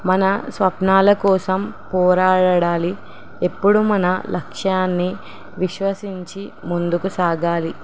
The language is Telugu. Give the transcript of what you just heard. మన స్వప్నాల కోసం పోరాడడాలి ఎప్పుడూ మన లక్ష్యాన్ని విశ్్వసించి ముందుకు సాగాలి